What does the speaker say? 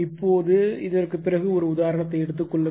இப்போது இதற்குப் பிறகு ஒரு உதாரணத்தை எடுத்துக் கொள்ளுங்கள்